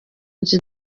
nzu